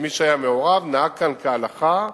ומי שהיה מעורב נהג כאן כהלכה,